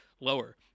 lower